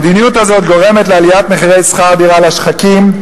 המדיניות הזאת גורמת לעליית שכר הדירה לשחקים,